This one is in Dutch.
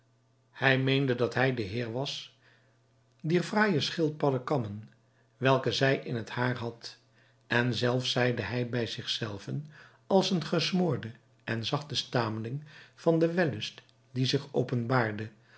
hij meende dat hij de heer was dier fraaie schildpadden kammen welke zij in t haar had en zelfs zeide hij bij zich zelven als een gesmoorde en zachte stameling van den wellust die zich openbaarde dat